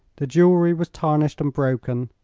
the jewelry was tarnished and broken,